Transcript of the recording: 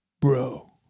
Bro